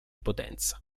potenza